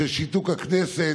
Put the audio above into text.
של שיתוק הכנסת,